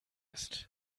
ist